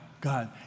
God